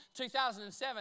2007